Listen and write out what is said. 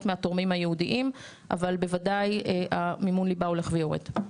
מהתורמים היהודים אבל בוודאי מימון הליבה הולך ויורד.